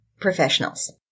professionals